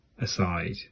Aside